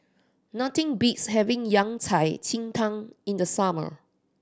nothing beats having Yao Cai ji tang in the summer